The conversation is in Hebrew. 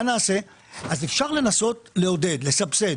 אפשר לנסות לעודד ולסבסד.